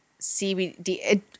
CBD